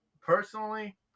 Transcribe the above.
personally